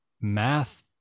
math